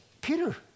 Peter